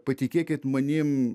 patikėkit manim